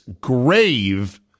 grave